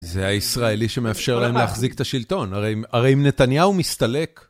זה הישראלי שמאפשר להם להחזיק את השלטון, הרי אם נתניהו מסתלק...